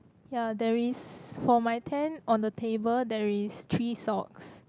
ya there is for my tent on the table there is three socks